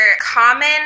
common